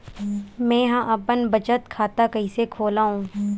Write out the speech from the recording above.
मेंहा अपन बचत खाता कइसे खोलव?